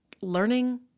learning